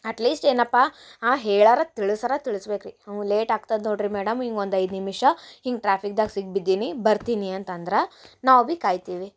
at least ಏನಪ್ಪಾ ಆ ಹೇಳಾರ ತಿಳ್ಸರ ತಿಳ್ಸ್ಬೇಕ್ರೀ ಹಂಗೆ ಲೇಟ್ ಆಗ್ತದ ನೋಡ್ರಿ ಮೇಡಮ್ ಹಿಂಗೆ ಒಂದು ಐದು ನಿಮಿಷ ಹಿಂಗೆ ಟ್ರಾಫಿಕ್ದಾಗ ಸಿಕ್ಕಿ ಬಿದ್ದೀನಿ ಬರ್ತೀನಿ ಅಂತಂದ್ರ ನಾವು ಬಿ ಕಾಯ್ತೀವಿ